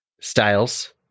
Styles